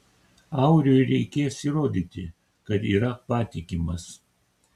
auriui reikės įrodyti kad yra patikimas